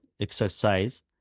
exercise